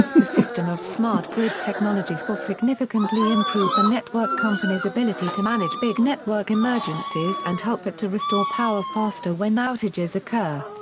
the system of smart grid technologies will significantly improve the network company's ability to manage big network emergencies and help it to restore power faster when outages occur.